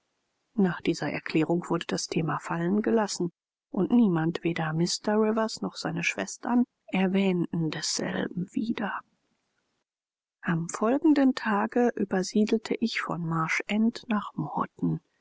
nach dieser erklärung wurde das thema fallen gelassen und niemand weder mr rivers noch seine schwestern erwähnten desselben wieder am folgenden tage übersiedelte ich von marsh end nach morton